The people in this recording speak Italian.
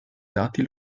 dati